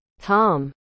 Tom